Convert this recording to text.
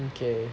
okay